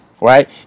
right